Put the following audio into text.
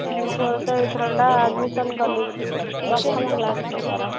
ମୋ ପୁଅର ତ ଏଥର ଏଇଟା ଆଡ଼ମିସନ୍ କଲି ପ୍ରଥମ କ୍ଲାସ୍ ହେଲା ତା'ର